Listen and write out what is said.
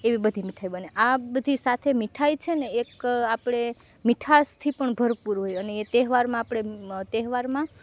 એવી બધી મીઠાઈ બને આ બધી સાથે મીઠાઈ છે ને એક આપણે મીઠાશથી પણ ભરપૂર હોય અને એ તહેવારમાં આપણે તહેવારમાં